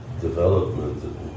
development